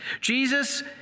Jesus